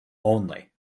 only